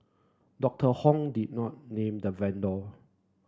Doctor Hon did not name the vendor